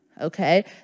okay